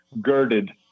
girded